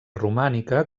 romànica